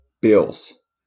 Bills